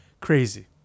crazy